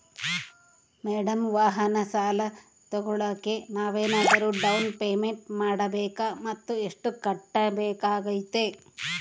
Madam ವಾಹನ ಸಾಲ ತೋಗೊಳೋಕೆ ನಾವೇನಾದರೂ ಡೌನ್ ಪೇಮೆಂಟ್ ಮಾಡಬೇಕಾ ಮತ್ತು ಎಷ್ಟು ಕಟ್ಬೇಕಾಗ್ತೈತೆ?